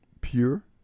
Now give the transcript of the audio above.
Pure